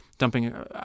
Dumping